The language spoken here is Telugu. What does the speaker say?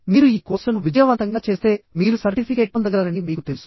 మీరు ఈ కోర్సును విజయవంతంగా చేస్తే మీరు సర్టిఫికేట్ పొందగలరని మీకు తెలుసు